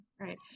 right